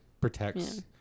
protects